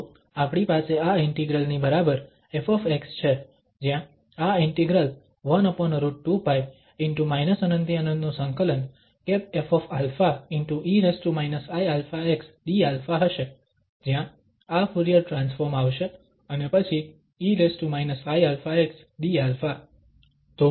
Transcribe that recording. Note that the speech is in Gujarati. તો આપણી પાસે આ ઇન્ટિગ્રલ ની બરાબર ƒ છે જ્યાં આ ઇન્ટિગ્રલ 1√2π ✕∞∫∞ ƒαe iαx dα હશે જ્યાં આ ફુરીયર ટ્રાન્સફોર્મ આવશે અને પછી e iαx dα